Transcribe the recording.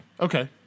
okay